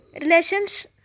relations